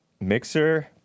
Mixer